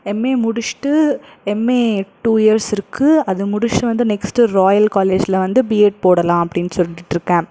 MA முடிச்சிவிட்டு MA two years இருக்கு அது முடிச்சிவிட்டு வந்து நெக்ஸ்ட்டு ராயல் காலேஜில் வந்து பிஎட் போடலாம் அப்படின்னு சொல்லிட்டுருக்கேன்